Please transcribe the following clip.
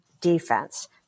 defense